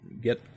get